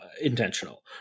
intentional